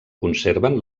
conserven